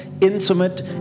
intimate